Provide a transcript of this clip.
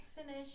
finish